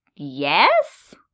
Yes